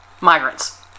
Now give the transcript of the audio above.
migrants